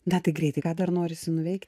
na tai greitai ką dar norisi nuveikt